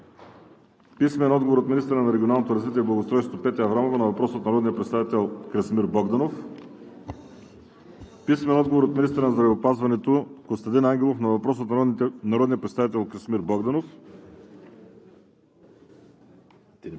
Кирилов; - от министъра на регионалното развитие и благоустройството Петя Аврамова на въпрос от народния представител Красимир Богданов; - от министъра на здравеопазването Костадин Ангелов на въпрос от народния представител Красимир Богданов; - от